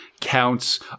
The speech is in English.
counts